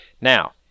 Now